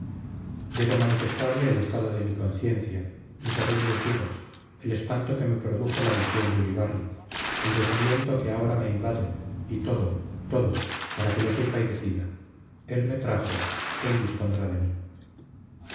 debo manifestarle el estado de mi conciencia mis horribles dudas el espanto que me produjo la visión de ulibarri el desaliento que ahora me invade y todo todo para que lo sepa y decida él me trajo él dispondrá de mí